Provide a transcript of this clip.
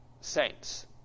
saints